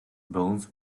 bones